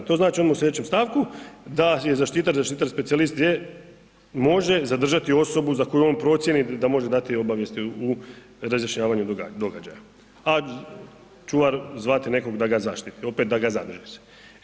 To znači ovo u slijedećem stavku da je zaštitar, zaštitar specijalist može zadržati osobu za koju on procijeni da može dati obavijesti u razjašnjavanju događaja, a čuvar zvati nekog da ga zaštiti, opet da ga zadrži se.